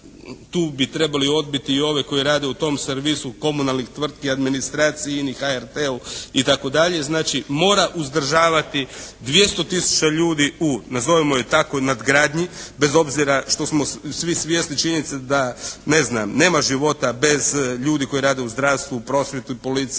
tu bi trebali odbiti i ove koji rade u tom servisu komunalnih tvrtki, administraciji, INA-i, HRT-u itd. Znači mora uzdržavati 200 000 ljudi u nazovimo je tako nadgradnji bez obzira što smo svi svjesni činjenice da ne znam nema života bez ljudi koji rade u zdravstvu, prosvjeti, policiji,